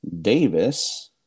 Davis